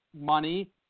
money